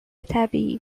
طبیعی